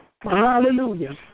Hallelujah